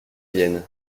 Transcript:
vienne